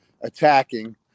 attacking